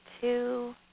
two